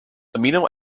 amino